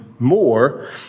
More